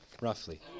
roughly